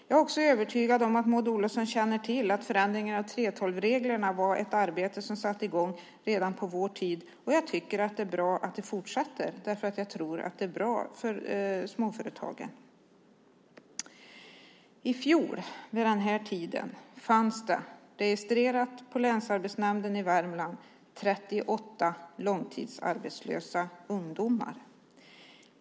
Jag är också övertygad om att Maud Olofsson känner till att förändringen av 3:12-reglerna var ett arbete som sattes i gång redan på vår tid. Jag tycker att det är bra att det fortsätter, för jag tror att det är bra för småföretagen. I fjol vid den här tiden fanns det registrerat på Länsarbetsnämnden i Värmlands län 38 långtidsarbetslösa ungdomar.